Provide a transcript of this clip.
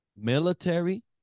military